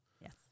Yes